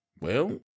Well